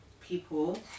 people